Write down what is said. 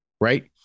Right